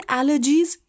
allergies